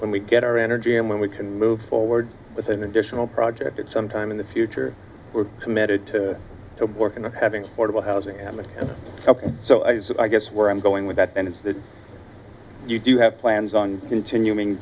when we get our energy and when we can move forward with an additional project at some time in the future we're committed to working with having portable housing amicable so i guess where i'm going with that then is that you do have plans on continuing